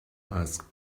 asked